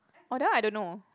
orh that one I don't know